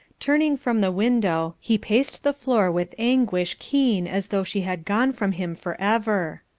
turning from the window, he paced the floor with anguish keen as though she had gone from him for ever.